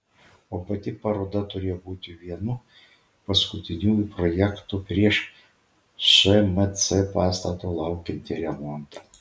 o pati paroda turėjo būti vienu paskutiniųjų projektų prieš šmc pastato laukiantį remontą